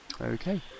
Okay